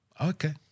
okay